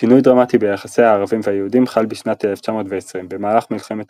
שינוי דרמטי ביחסי הערבים והיהודים חל בשנת 1920 - במהלך מלחמת